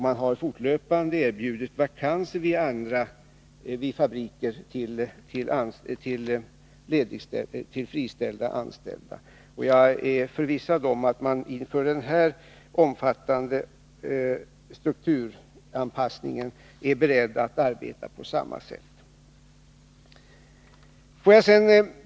Man har fortlöpande erbjudit vakanser vid fabriker till tidigare anställda som friställts. Jag är förvissad om att man inför den här omfattande strukturanpassningen är beredd att arbeta på samma sätt.